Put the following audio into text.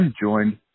joined